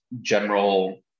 general